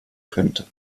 könnte